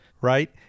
right